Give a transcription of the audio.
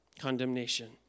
Condemnation